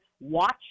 watch